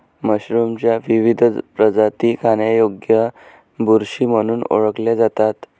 मशरूमच्या विविध प्रजाती खाण्यायोग्य बुरशी म्हणून ओळखल्या जातात